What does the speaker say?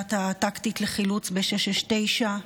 ביחידה הטקטית לחילוץ מיוחד, 669,